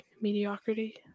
mediocrity